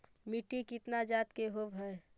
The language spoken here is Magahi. मिट्टी कितना जात के होब हय?